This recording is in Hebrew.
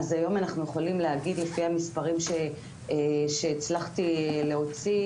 אז היום אנחנו יכולים להגיד לפי המספרים שהצלחתי להוציא,